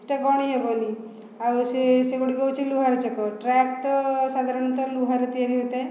ଯେଉଁଟା ଗଣି ହେବନି ଆଉ ସେ ସେଗୁଡ଼ିକ ହେଉଛି ଲୁହାର ଚକ ଟ୍ରାକ୍ ତ ସାଧାରଣତଃ ଲୁହରେ ତିଆରି ହୋଇଥାଏ